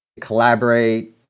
collaborate